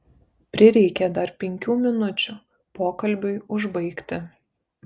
prireikė dar penkių minučių pokalbiui užbaigti